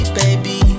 baby